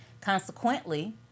Consequently